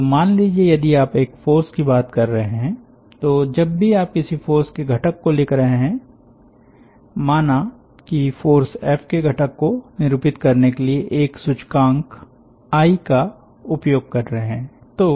तो मान लीजिये यदि आप एक फ़ोर्स की बात कर रहे हैं तो जब भी आप किसी फ़ोर्स के घटक को लिख रहे हों माना की फ़ोर्स एफ के घटक को निरूपित करने के लिए एक सूचकांक आई का उपयोग कर रहे हैं